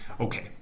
Okay